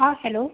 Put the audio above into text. हां हॅलो